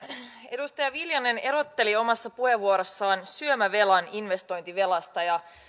edustaja viljanen erotteli omassa puheenvuorossaan syömävelan investointivelasta ja